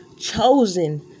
chosen